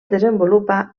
desenvolupa